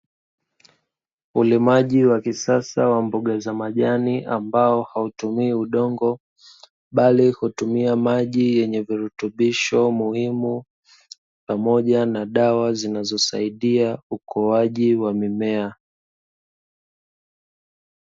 Ulimaji wa kisasa wa mboga za majani ambao hautumii udongo, bali hutumia maji yenye virutubisho muhimu pamoja na dawa zinazosaidia ukuaji wa mimea.